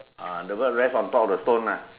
ah the bird rest on top of the stone ah